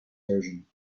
version